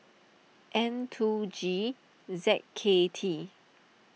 N two G Z K T